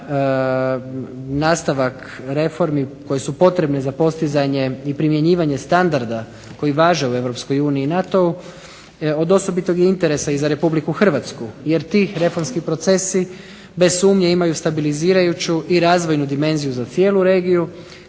nastavak reformi koje su potrebne za postizanje i primjenjivanje standarda koje važe u Europskoj uniji i NATO-u od osobitog je interesa za Republiku Hrvatsku jer ti reformski procesi bez sumnje imaju stabilizirajuću i razvojni dimenziju za cijelu regiju